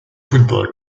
football